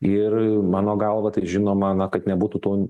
ir mano galva tai žinoma na kad nebūtų tų